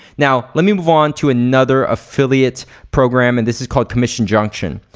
now let me move on to another affiliate program and this is called commission junction.